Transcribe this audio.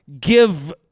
give